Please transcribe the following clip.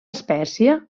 espècie